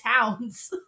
towns